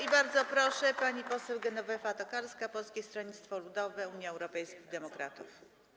I bardzo proszę, pani poseł Genowefa Tokarska, Polskie Stronnictwo Ludowe - Unia Europejskich Demokratów.